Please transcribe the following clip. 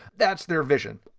that's their vision.